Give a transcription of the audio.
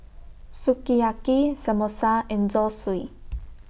Sukiyaki Samosa and Zosui